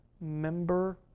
member